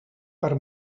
per